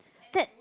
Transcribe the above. that